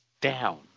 down